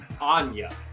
Anya